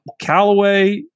Callaway